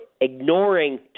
ignoring